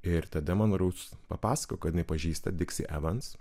ir tada man rus papasakojo kad jinai pažįsta diksi evans